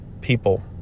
people